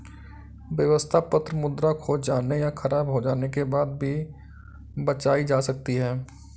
व्यवस्था पत्र मुद्रा खो जाने या ख़राब हो जाने के बाद भी बचाई जा सकती है